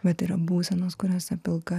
bet yra būsenos kuriose pilka